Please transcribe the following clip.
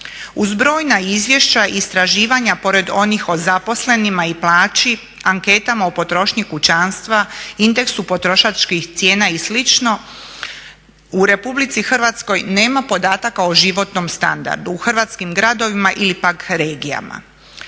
Uz brojna izvješća i istraživanja pored onih o zaposlenima i plaći, anketama o potrošnji kućanstva, indeksu potrošačkih cijena i slično, u Republici Hrvatskoj nema podataka o životnom standardu u hrvatskim gradovima ili pak regijama.